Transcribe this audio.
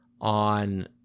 on